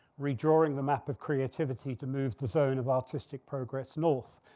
redrawing the map of creativity to move the zone of artistic progress north,